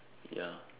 ya